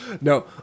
No